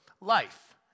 life